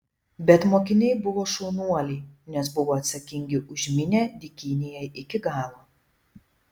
bet mokiniai buvo šaunuoliai nes buvo atsakingi už minią dykynėje iki galo